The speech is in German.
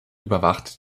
überwacht